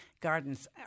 gardens